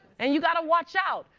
and you got to watch out,